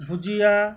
ভুজিয়া